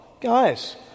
guys